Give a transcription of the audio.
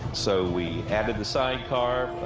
so we added the sidecar,